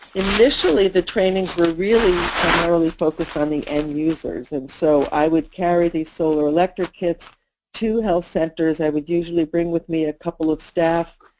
initially the trainings were really primarily focused on the end users and so i would carry these solar electric kits to health centers. i would usually bring with me a couple of staff.